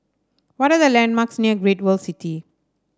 what are the landmarks near Great World City